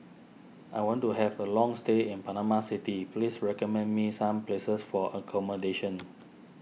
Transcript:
I want to have a long stay in Panama City please recommend me some places for accommodation